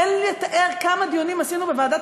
אין לתאר כמה דיונים עשינו בוועדת